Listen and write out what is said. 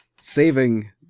saving